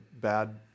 bad